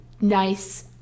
nice